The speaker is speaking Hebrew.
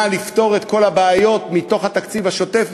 לפתור את כל הבעיות מתוך התקציב השוטף,